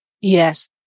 Yes